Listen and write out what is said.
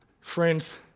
Friends